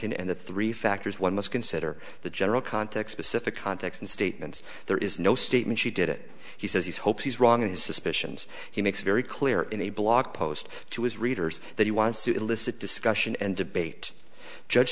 partington and the three factors one must consider the general context specific context and statements there is no statement she did it he says he hopes he's wrong in his suspicions he makes very clear in a blog post to his readers that he wants to elicit discussion and debate judge